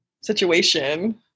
situation